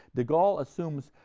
de gaulle assumes